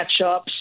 matchups